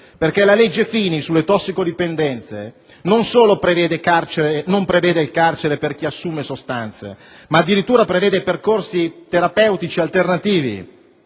La legge Fini sulle tossicodipendenze, infatti, non solo non prevede il carcere per chi assume sostanze, ma addirittura prevede percorsi terapeutici alternativi